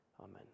Amen